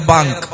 Bank